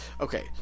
Okay